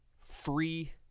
free